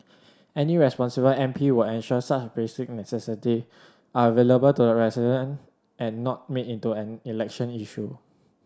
any responsible M P would ensure such basic necessity are available to the resident and not made into an election issue